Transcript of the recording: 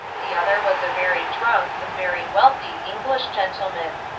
the other was a very drunk and very wealthy english gentleman.